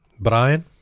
Brian